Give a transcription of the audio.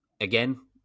Again